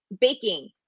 baking